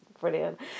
brilliant